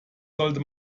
sollte